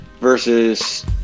versus